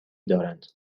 دارند